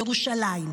סוציאלית,